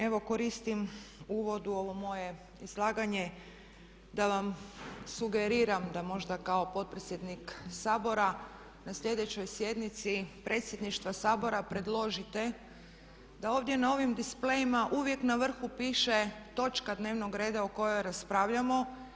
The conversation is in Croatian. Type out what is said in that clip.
Evo koristim u uvodu ovo moje izlaganje da vam sugeriram da možda kao potpredsjednik Sabora na sljedećoj sjednici Predsjedništva Sabora predložite da ovdje na ovim displejima uvijek na vrhu piše točka dnevnog reda o kojoj raspravljamo.